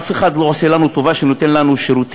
אף אחד לא עושה לנו טובה שהוא נותן לנו שירותים.